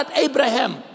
Abraham